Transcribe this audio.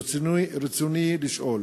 ברצוני לשאול: